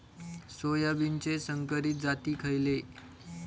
सोयाबीनचे संकरित जाती खयले?